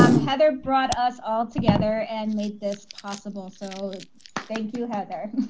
um heather brought us all together and made this possible. so thank you, heather?